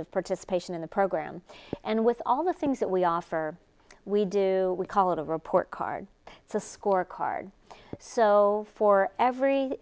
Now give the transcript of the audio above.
of participation in the program and with all the things that we offer we do we call it a report card it's a score card so for every